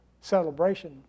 celebration